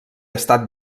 estat